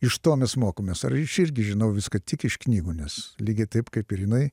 iš to mes mokomės ar iš irgi žinau viską tik iš knygų nes lygiai taip kaip ir jinai